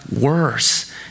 worse